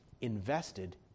invested